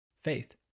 faith